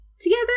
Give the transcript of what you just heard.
together